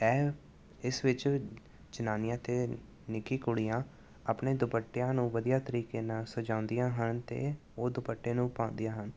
ਇਹ ਇਸ ਵਿੱਚ ਜਨਾਨੀਆਂ ਅਤੇ ਨਿੱਕੀ ਕੁੜੀਆਂ ਆਪਣੇ ਦੁਪੱਟਿਆਂ ਨੂੰ ਵਧੀਆ ਤਰੀਕੇ ਨਾਲ ਸਜਾਉਂਦੀਆਂ ਹਨ ਅਤੇ ਉਹ ਦੁਪੱਟੇ ਨੂੰ ਪਾਉਂਦੀਆਂ ਹਨ